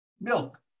Milk